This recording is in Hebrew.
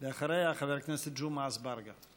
אחריה, חבר הכנסת ג'מעה אזברגה.